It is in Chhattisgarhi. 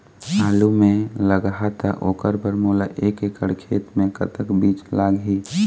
आलू मे लगाहा त ओकर बर मोला एक एकड़ खेत मे कतक बीज लाग ही?